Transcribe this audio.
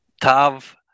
Tav